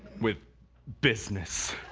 with business